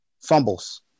Fumbles